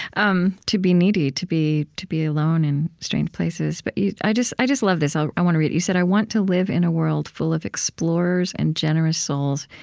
um to be needy, to be to be alone in strange places. but i just i just love this. um i want to read it. you said, i want to live in a world full of explorers and generous souls,